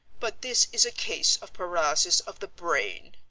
but this is a case of paralysis of the brain.